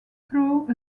through